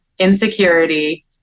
insecurity